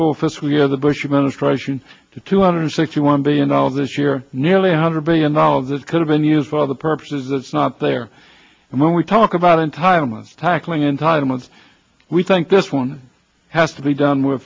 year the bush administration to two hundred sixty one billion dollars this year nearly eight hundred billion dollars this could have been used for other purposes that's not there and when we talk about entitlements tackling entitlements we think this one has to be done with